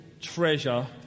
treasure